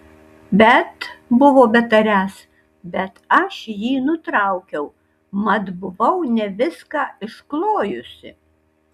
bet buvo betariąs bet aš jį nutraukiau mat buvau ne viską išklojusi